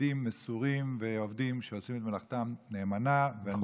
פקידים מסורים ועובדים שעושים את מלאכתם נאמנה והם,